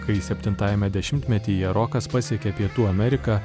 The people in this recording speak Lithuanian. kai septintajame dešimtmetyje rokas pasiekė pietų ameriką